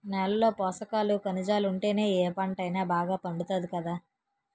నేలలో పోసకాలు, కనిజాలుంటేనే ఏ పంటైనా బాగా పండుతాది కదా